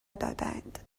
دادند